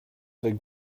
the